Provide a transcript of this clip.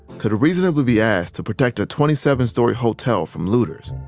could reasonably be asked to protect a twenty seven story hotel from looters.